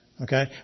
Okay